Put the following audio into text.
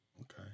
Okay